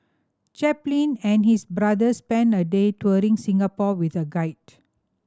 Chaplin and his brother spent a day touring Singapore with a guide